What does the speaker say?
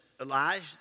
Elijah